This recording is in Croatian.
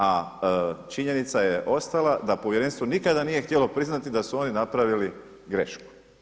A činjenica je ostala da povjerenstvo nikada nije htjelo priznati da su oni napravili grešku.